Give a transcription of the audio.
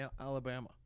Alabama